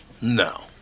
no